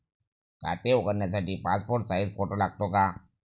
खाते उघडण्यासाठी passport size photo लागतो का?